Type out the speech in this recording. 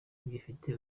ugifite